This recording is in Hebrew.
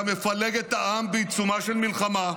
אתה מפלג את העם בעיצומה של מלחמה.